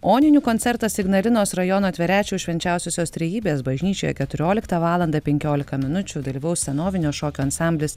oninių koncertas ignalinos rajono tverečiaus švenčiausiosios trejybės bažnyčioje keturioliktą valandą penkiolika minučių dalyvaus senovinio šokio ansamblis